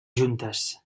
juntes